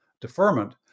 deferment